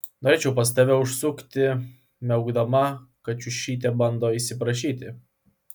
norėčiau pas tave užsukti miaukdama kačiušytė bando įsiprašyti